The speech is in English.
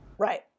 Right